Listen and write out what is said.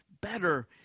better